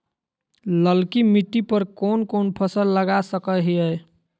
ललकी मिट्टी पर कोन कोन फसल लगा सकय हियय?